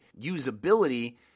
usability